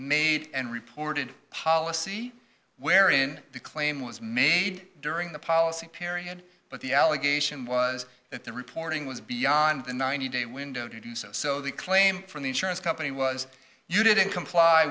made and reported policy wherein the claim was made during the policy period but the allegation was that the reporting was beyond the ninety day window to do so so the claim from the insurance company was you didn't comply